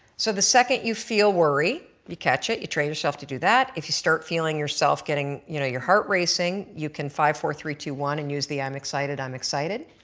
so the second you feel worry you catch it you train yourself to do that. if you start feeling yourself getting you know your heat racing you can five, four, three, two, one and use the, i'm excited, i'm excited.